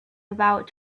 about